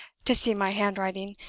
to see my handwriting.